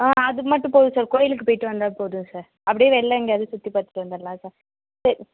ஆ அதுமட்டும் போதும் சார் கோயிலுக்கு போயிட்டு வந்தால் போதும் சார் அப்படியே வெளில எங்கேயாவது சுற்றி பார்த்துட்டு வந்துடலாம் சார் சரி